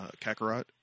Kakarot